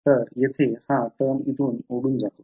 तर येथे हा टर्म इथे उडून जातो